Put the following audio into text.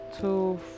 two